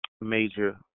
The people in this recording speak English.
major